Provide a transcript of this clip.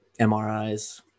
MRIs